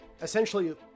essentially